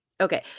Okay